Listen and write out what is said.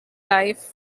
life